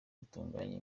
rutunganya